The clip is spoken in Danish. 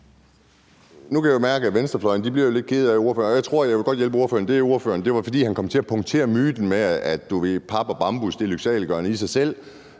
Nu kan jeg jo mærke, at venstrefløjen bliver lidt ked af det. Jeg vil godt hjælpe ordføreren, og det er, fordi han kom til at punktere myten om, at pap og bambus er lyksaliggørende i sig selv,